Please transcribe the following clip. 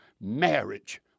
marriage